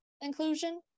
inclusion